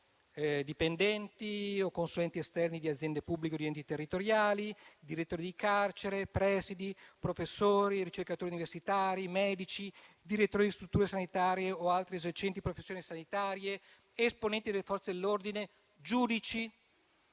dipendenti o consulenti esterni di aziende pubbliche o di enti territoriali, direttori di carcere, presidi, professori, ricercatori universitari, medici, direttori di strutture sanitarie o altri esercenti professioni sanitarie, esponenti delle forze dell'ordine o giudici.